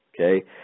Okay